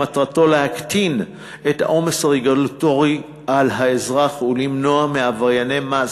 שמטרתו להקטין את העומס הרגולטורי על האזרח ולמנוע מעברייני מס